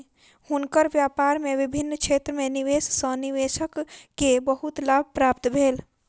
हुनकर व्यापार में विभिन्न क्षेत्र में निवेश सॅ निवेशक के बहुत लाभ प्राप्त भेल